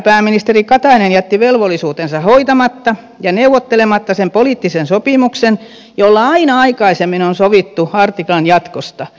pääministeri katainen jätti velvollisuutensa hoitamatta ja neuvottelematta sen poliittisen sopimuksen jolla aina aikaisemmin on sovittu artiklan jatkosta